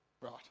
Right